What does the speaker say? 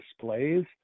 displays